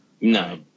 No